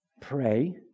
pray